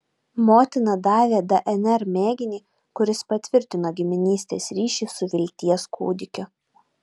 motina davė dnr mėginį kuris patvirtino giminystės ryšį su vilties kūdikiu